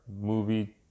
movie